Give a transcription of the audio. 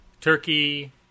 Turkey